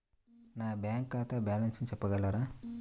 నా బ్యాంక్ ఖాతా బ్యాలెన్స్ చెప్పగలరా?